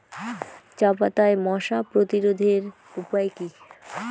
চাপাতায় মশা প্রতিরোধের উপায় কি?